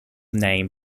name